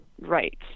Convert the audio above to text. right